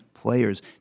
Players